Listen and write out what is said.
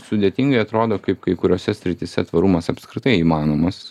sudėtingai atrodo kaip kai kuriose srityse tvarumas apskritai įmanomas